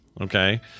Okay